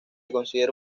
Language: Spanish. considera